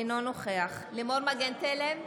אינו נוכח לימור מגן תלם,